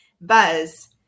buzz